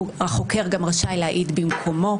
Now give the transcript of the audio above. החוקר גם רשאי להעיד במקומו